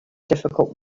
difficult